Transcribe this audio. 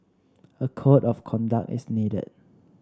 a code of conduct is needed